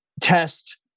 test